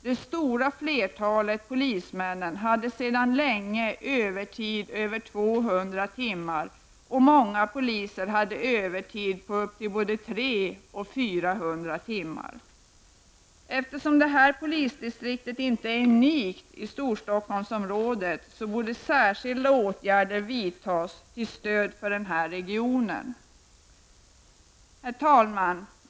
Det stora flertalet av polismännen hade sedan länge övertid på över 200 timmar, och många poliser hade övertid på upp till både 300 och 400 timmar. Eftersom detta polisdistrikt inte är unikt i Storstockholmsområdet, borde särskilda åtgärder vidtas till stöd för regionen. Herr talman!